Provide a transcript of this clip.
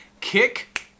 kick